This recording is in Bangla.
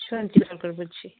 শ্রাবন্তী সরকার বলছি